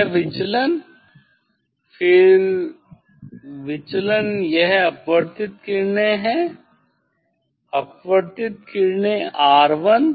यह विचलन फिर विचलन यह अपवर्तित किरणें है अपवर्तित किरणें R1